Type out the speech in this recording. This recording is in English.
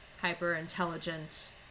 hyper-intelligent